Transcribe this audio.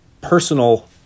personal